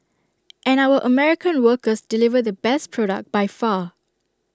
and our American workers deliver the best product by far